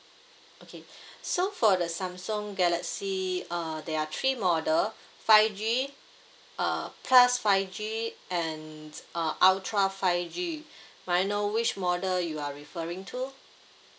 okay so for the samsung galaxy uh there are three model five G uh plus five G and uh ultra five G may I know which model you are referring to